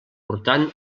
portant